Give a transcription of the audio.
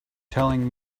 telling